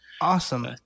Awesome